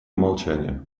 молчание